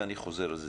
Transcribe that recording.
ואני חוזר על זה,